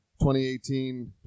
2018